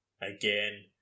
again